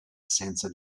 assenza